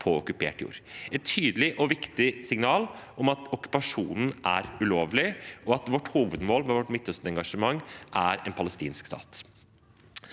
på okkupert jord – et tydelig og viktig signal om at okkupasjonen er ulovlig, og at vårt hovedmål med vårt Midtøsten-engasjement er en palestinsk stat.